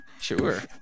sure